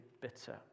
bitter